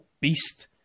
beast